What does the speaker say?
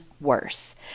Worse